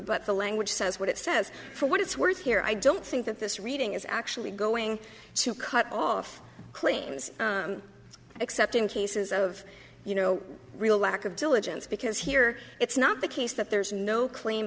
but the language says what it says for what it's worth here i don't think that this reading is actually going to cut off claims except in cases of you know real lack of diligence because here it's not the case that there's no claim